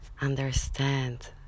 understand